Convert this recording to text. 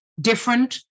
different